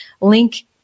link